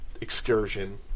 excursion